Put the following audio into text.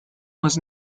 was